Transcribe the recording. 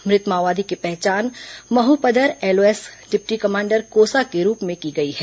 मृत माओवादी की पहचान महुपदर एलओएस डिप्टी कमांडर कोसा के रूप में की गई है